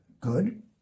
good